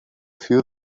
few